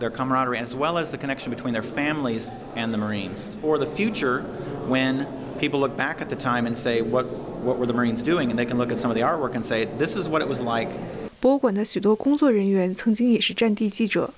their camaraderie as well as the connection between their families and the marines or the future when people look back at the time and say what were the marines doing and they can look at some of the artwork and say this is what it was like